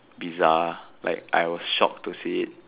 bizarre like I was shocked to see it